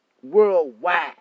Worldwide